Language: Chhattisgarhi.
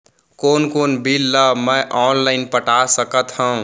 कोन कोन बिल ला मैं ऑनलाइन पटा सकत हव?